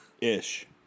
Ish